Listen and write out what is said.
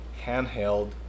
handheld